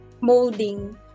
Molding